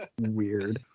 Weird